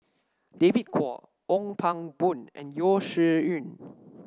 David Kwo Ong Pang Boon and Yeo Shih Yun